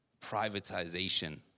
privatization